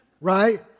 right